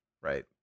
right